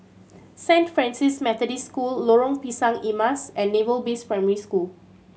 Saint Francis Methodist School Lorong Pisang Emas and Naval Base Primary School